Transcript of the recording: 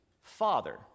Father